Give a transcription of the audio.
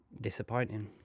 disappointing